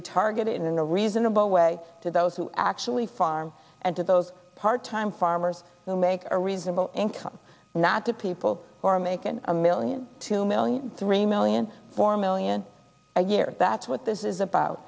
be targeted in a reasonable way to those who actually farm and to those part time farmers who make a reasonable income not get people who are making a million two million three million four million a year that's what this is about